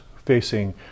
facing